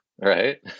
Right